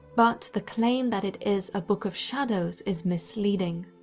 but the claim that it is a book of shadows is misleading.